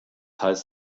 heißt